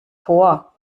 vor